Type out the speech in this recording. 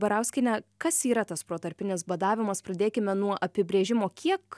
barauskiene kas yra tas protarpinis badavimas pradėkime nuo apibrėžimo kiek